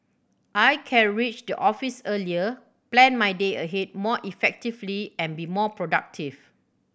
I can reach the office earlier plan my day ahead more effectively and be more productive